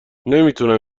نمیتونم